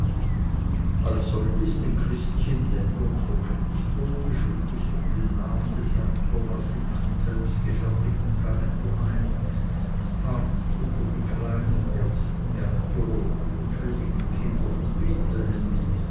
als solches den christlichen ländern verkündigt wurde schrieb ich den namen des herrn thomas in meinen selbstgefertigten kalender ein hart unter die kleinen ersten märtyrer die unschuldigen kindlein von bethlehem